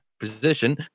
Position